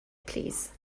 plîs